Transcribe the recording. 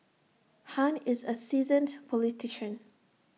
han is A seasoned politician